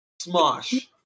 Smosh